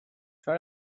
try